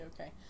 okay